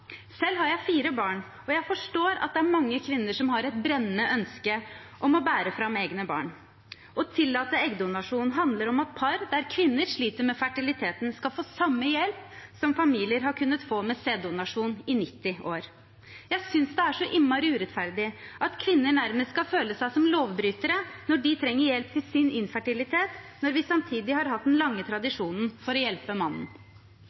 Selv har jeg fire barn, og jeg forstår at det er mange kvinner som har et brennende ønske om å bære fram egne barn. Å tillate eggdonasjon handler om at par der kvinner sliter med fertiliteten, skal få samme hjelp som familier har kunnet få med sæddonasjon i 90 år. Jeg synes det er så innmari urettferdig at kvinner nærmest skal føle seg som lovbrytere når de trenger hjelp til sin infertilitet, når vi samtidig har hatt den lange tradisjonen for å hjelpe mannen.